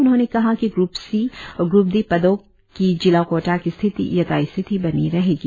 उन्होंने कहा कि ग्र्प सी और ग्र्प डी पदों की जिला कोटा की स्थिति यथा स्थिति बनी रहेगी